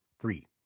three